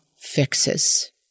fixes